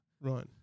Right